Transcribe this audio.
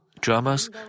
dramas